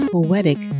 poetic